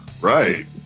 Right